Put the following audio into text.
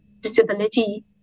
disability